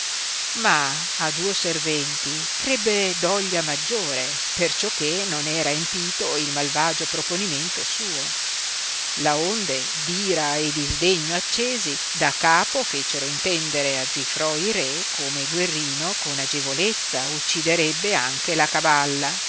ma a duo serventi crebbe doglia maggiore perciò che non era empito il malvagio proponimento suo laonde d ira e di sdegno accesi da capo fecero intendere a zifroi re come guerrino con agevolezza ucciderebbe anche la cavalla